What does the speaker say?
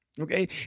okay